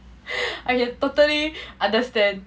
I can totally understand